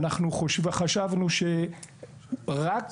חשבנו שראוי לעשות אותה,